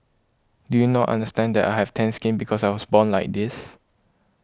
do you not understand that I have tanned skin because I was born like this